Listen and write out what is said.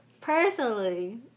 personally